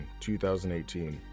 2018